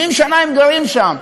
70 שנה הם גרים שם,